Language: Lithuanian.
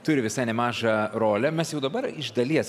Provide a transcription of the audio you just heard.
turi visai nemažą rolę mes jau dabar iš dalies